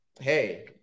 Hey